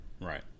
right